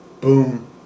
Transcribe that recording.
boom